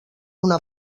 una